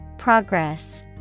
Progress